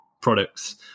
products